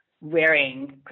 wearing